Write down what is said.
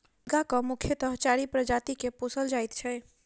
मुर्गाक मुख्यतः चारि प्रजाति के पोसल जाइत छै